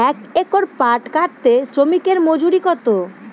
এক একর পাট কাটতে শ্রমিকের মজুরি কত?